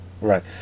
right